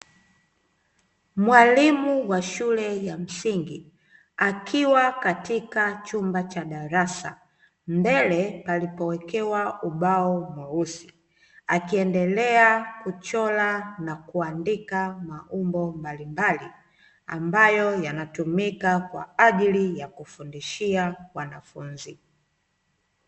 Mwalimu wa shule ya msingi akiwa katika chumba cha darasa mbele palipowekewa ubao mweusi, akiendelea kuchora na kuandika maumbo mbalimabli, ambayo yanatumika kwaajili ya kufundishia wanafunzi.